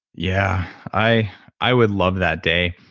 yeah. i i would love that day.